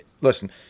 Listen